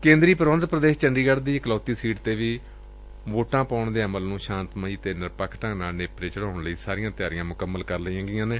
ਕੇਂਦਰ ਸ਼ਾਸਤ ਪ੍ਰਦੇਸ਼ ਚੰਡੀਗੜ ਦੀ ਇਕਲੌਤੀ ਸੀਟ ਤੇ ਵੀ ਵੋਟਾਂ ਪਾਉਣ ਦੇ ਅਮਲ ਨੁੰ ਸ਼ਾਂਤਮਈ ਤੇ ਨਿਰਪੱਖ ਢੰਗ ਨਾਲ ਨੇਪਰੇ ਚਾੜਉਣ ਲਈ ਵੀ ਸਾਰੀਆਂ ਤਿਆਰੀਆਂ ਮੁਕੰਮਲ ਗਈਆਂ ਨੇ